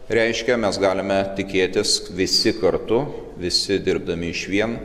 reiškia mes galime tikėtis visi kartu visi dirbdami išvien